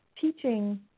teaching